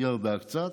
ירדו קצת,